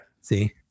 See